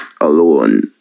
alone